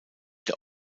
der